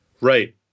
Right